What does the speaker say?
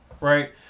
right